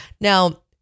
Now